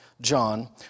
John